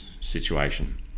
situation